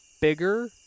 bigger